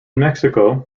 mexico